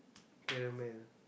caramel